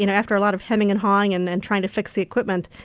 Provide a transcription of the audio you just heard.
you know after a lot of humming and hahing and then trying to fix the equipment,